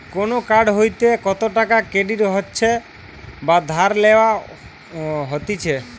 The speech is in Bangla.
কোন কার্ড হইতে কত টাকা ক্রেডিট হচ্ছে বা ধার লেওয়া হতিছে